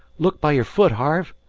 look by your foot, harve,